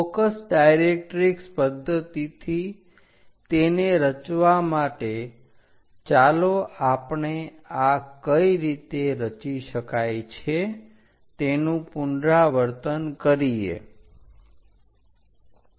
focus directrix પદ્ધતિથી તેને રચવા માટે ચાલો આપણે આ કઈ રીતે રચી શકાય છે તેનું પુનરાવર્તન કરીએ